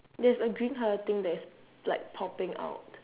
there's a green colour thing that is like popping out